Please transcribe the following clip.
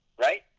right